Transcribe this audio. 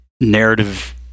narrative